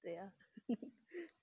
对呀